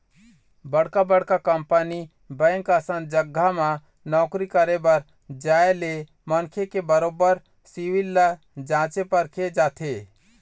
बड़का बड़का company bank असन जघा म नौकरी करे बर जाय ले मनखे के बरोबर सिविल ल जाँचे परखे जाथे